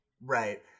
Right